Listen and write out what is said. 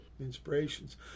Inspirations